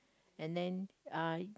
and then uh it